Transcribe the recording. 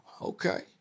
okay